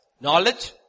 Knowledge